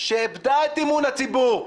שאיבדה את אמון הציבור.